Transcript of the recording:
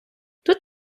тут